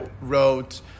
wrote